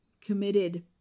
committed